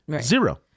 Zero